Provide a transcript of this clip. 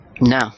No